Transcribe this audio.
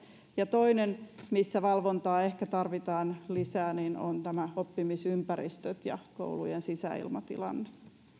ja toinen missä valvontaa ehkä tarvitaan lisää on oppimisympäristöt ja koulujen sisäilmatilanne